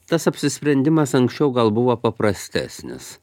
tas apsisprendimas anksčiau gal buvo paprastesnis